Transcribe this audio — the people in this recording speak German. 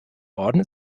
orden